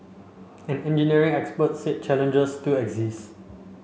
an engineering expert said challenges still exist